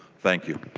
thank you.